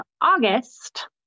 August